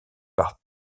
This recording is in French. par